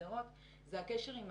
כולל השפעה על